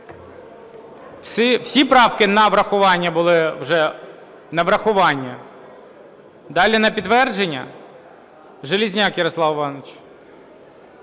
Всі правки на врахування були вже? На врахування. Далі на підтвердження? Железняк Ярослав 13:11:09